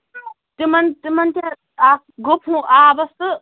تِمن تِمن تہِ حظ اکھ گُپھوٗ آبَس تہٕ